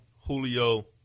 Julio